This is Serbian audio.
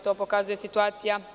To pokazuje realna situacija.